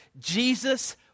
jesus